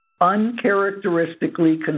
uncharacteristically